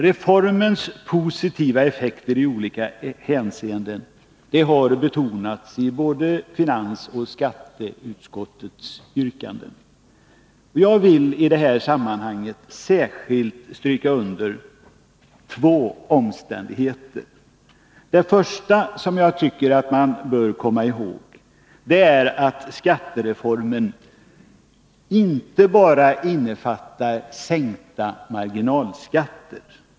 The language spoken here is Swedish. Reformens positiva effekter i olika hänseenden har betonats i både finansutskottets och skatteutskottets yrkanden. Jag vill i detta sammanhang särskilt stryka under två omständigheter. Det första som jag tycker att man bör komma ihåg är att skattereformen inte bara innefattar sänkta marginalskatter.